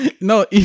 No